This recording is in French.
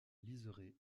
liseré